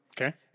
Okay